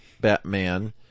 Batman